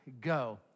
go